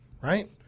right